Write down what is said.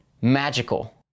magical